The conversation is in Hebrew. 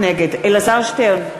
נגד אלעזר שטרן,